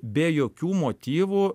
be jokių motyvų